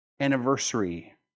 anniversary